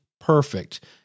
perfect